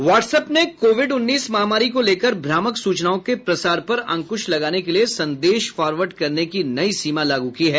what's app ने COVID उन्नीस महामारी को लेकर भ्रामक सूचनाओं के प्रसार पर अंक्श लगाने के लिए संदेश फॉरवर्ड करने की नई सीमा लागू की है